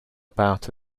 about